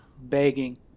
begging